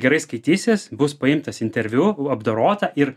gerai skaitysis bus paimtas interviu apdorota ir